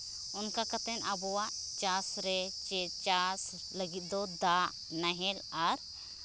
ᱚᱱᱠᱟ ᱠᱟᱛᱮᱫ ᱟᱵᱚᱣᱟᱜ ᱪᱟᱥ ᱨᱮ ᱥᱮ ᱪᱟᱥ ᱞᱟᱹᱜᱤᱫ ᱫᱚ ᱫᱟᱜ ᱱᱟᱦᱮᱞ ᱟᱨ